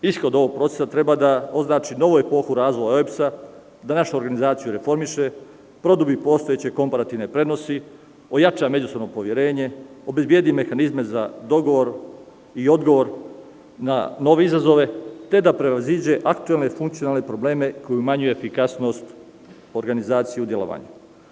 Ishod ovog procesa treba da označi novu epohu razvoja OEBS-a, današnju organizaciju reformiše, produbi postojeće komparativne prednosti, ojača međusobno poverenje, obezbedi mehanizme za dogovor i odgovor na nove izazove, te da prevaziđe aktuelne i funkcionalne probleme koji umanjuju efikasnost, organizaciju delovanja.